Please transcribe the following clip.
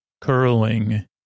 curling